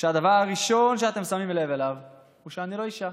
הדבר הראשון שאתם שמים לב אליו הוא שאני לא אישה,